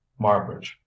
marbridge